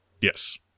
Yes